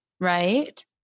right